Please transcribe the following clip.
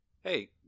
Hey